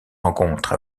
rencontre